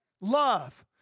love